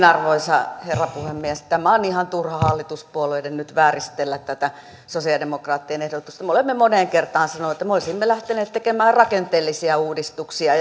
arvoisa herra puhemies on ihan turha hallituspuolueiden nyt vääristellä tätä sosialidemokraattien ehdotusta me olemme moneen kertaan sanoneet että me olisimme lähteneet tekemään rakenteellisia uudistuksia